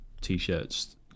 T-shirts